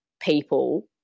people